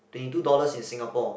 twenty two dollars in Singapore